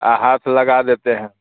हाथ लगा देते हैं